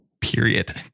Period